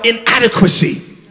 inadequacy